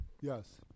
Yes